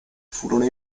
furono